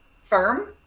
firm